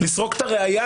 לסרוק את הראיה,